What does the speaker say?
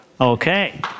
Okay